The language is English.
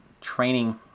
training